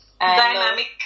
dynamic